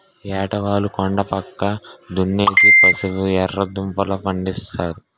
ఏటవాలు కొండా పక్క దున్నేసి పసుపు, ఎర్రదుంపలూ, పండిస్తారు